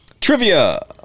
Trivia